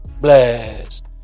blast